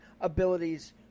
abilities